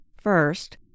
First